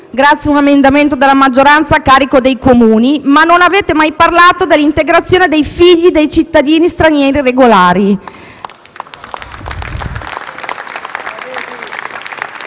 grazie a un emendamento della maggioranza, a carico dei Comuni - ma non avete mai parlato dell'integrazione dei figli dei cittadini stranieri regolari.